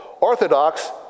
orthodox